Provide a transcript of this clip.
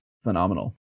phenomenal